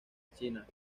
china